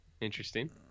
Interesting